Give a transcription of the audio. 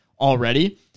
already